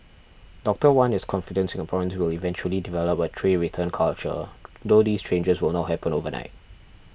Doctor Wan is confident Singaporeans will eventually develop a tray return culture though these changes will not happen overnight